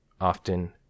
often